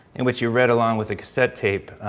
in which you read along with a cassette tape.